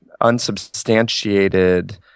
unsubstantiated